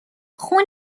خون